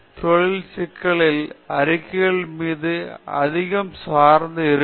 ஆனால் என் ஆராய்ச்சிக்கு அதன் சொந்த குறைபாடுகள் தொழில் சிக்கல் அறிக்கைகள் மீது அதிகமான சார்ந்து இருக்கும்